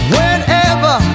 Whenever